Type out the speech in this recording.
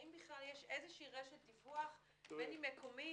האם בכלל יש רשת דיווח - בין אם מקומית,